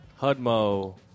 Hudmo